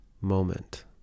moment